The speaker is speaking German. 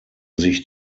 sich